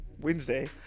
Wednesday